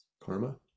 karma